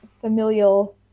familial